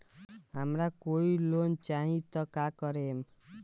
हमरा कोई लोन चाही त का करेम?